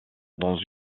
dans